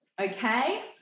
Okay